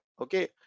okay